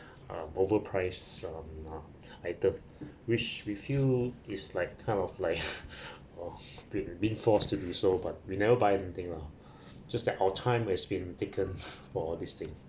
uh overpriced um um items which we feel it's like kind of like uh we've been forced to do so but we never buy anything lah just that our time has been taken for all this thing